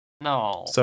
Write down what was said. No